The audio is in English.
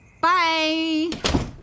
Bye